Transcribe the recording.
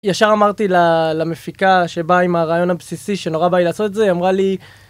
ישר אמרתי למפיקה שבאה עם הרעיון הבסיסי שנורא בא לי לעשות את זה, היא אמרה לי